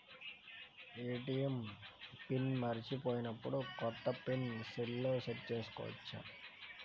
ATM PIN మరచిపోయినప్పుడు, కొత్త PIN సెల్లో సెట్ చేసుకోవచ్చా?